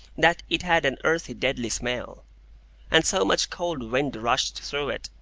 that it had an earthy, deadly smell and so much cold wind rushed through it,